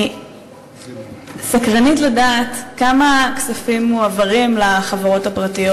אני סקרנית לדעת כמה כספים מועברים לחברות הפרטיות